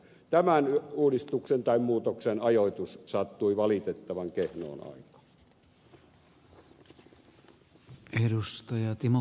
tämän uudistuksen tai muutoksen ajoitus sattui valitettavan kehnoon aikaan